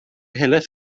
helaeth